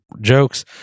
jokes